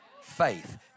faith